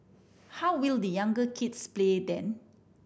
how will the younger kids play then